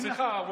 מסכה.